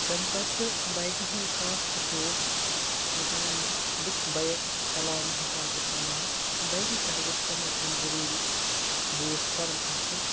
تَمہِ پتہٕ چھُ بایکہِ ہُنٛد خاص اوصوٗل یوٚتانۍ بہٕ تہِ بایک چَلاونہٕ حِساب چھُس وَنان بایکہِ پٮ۪ٹھ گَژھِ کم از کم ضروٗری بوٗٹھ کھۄرن آسُن